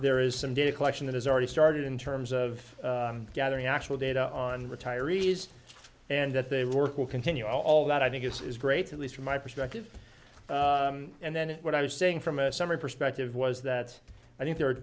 there is some data collection that has already started in terms of gathering actual data on retirees and that they work will continue all that i think is great at least from my perspective and then what i was saying from a summary perspective was that i think there are